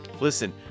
Listen